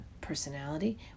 personality